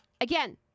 Again